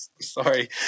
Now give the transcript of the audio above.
sorry